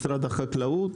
משרד החקלאות?